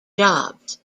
jobs